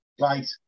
right